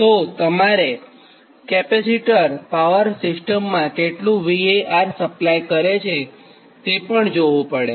તો તમારે capacitor power સિસ્ટમમાં કેટલું VAR સપ્લાય કરે છે તે પણ જોવું પડે